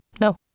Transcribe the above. No